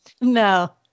No